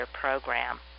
program